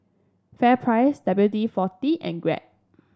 FairPrice W D forty and Grab